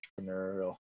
entrepreneurial